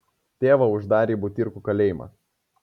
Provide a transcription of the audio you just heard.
tėvą uždarė į butyrkų kalėjimą